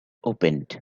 opened